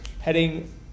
heading